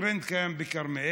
הטרנד קיים בכרמיאל,